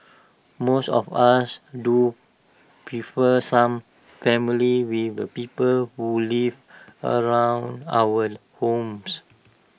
most of us do prefer some family with the people who live around our homes